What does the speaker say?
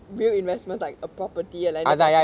real investments like a property a landed property